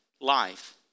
life